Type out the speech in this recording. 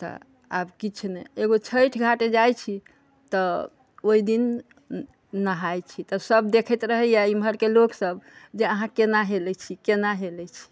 तऽ आब किछु नहि एगो छठि घाट जाइ छी तऽ ओहिदिन नहाए छी तऽ सब देखैत रहैया ईमहर के लोकसब जे अहाँ केना हेलै छी केना हेलै छी